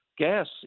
Gas